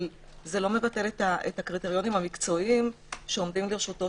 אבל זה לא מבטל את הקריטריונים המקצועיים שעומדים לרשותו